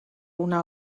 una